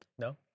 No